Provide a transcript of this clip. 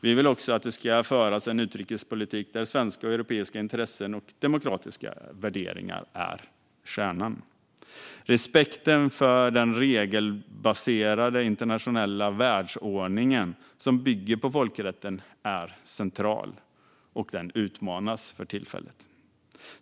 Vi vill också att det ska föras en utrikespolitik där svenska och europeiska intressen och demokratiska värderingar är kärnan. Respekten för den regelbaserade internationella världsordningen som bygger på folkrätten är central. Den utmanas för tillfället.